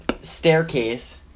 staircase